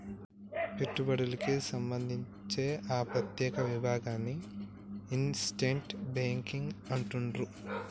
పెట్టుబడులకే సంబంధిత్తే ఆ ప్రత్యేక విభాగాన్ని ఇన్వెస్ట్మెంట్ బ్యేంకింగ్ అంటుండ్రు